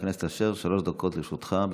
חבר הכנסת אשר, שלוש דקות לרשותך.